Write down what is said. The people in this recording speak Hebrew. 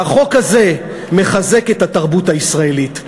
והחוק הזה מחזק את התרבות הישראלית.